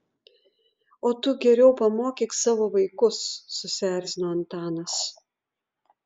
o tu geriau pamokyk savo vaikus susierzino antanas